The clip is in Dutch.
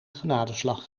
genadeslag